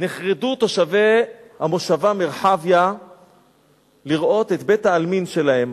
נחרדו תושבי המושבה מרחביה לראות את בית-העלמין שלהם,